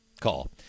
call